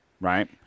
Right